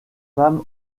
femme